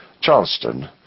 Charleston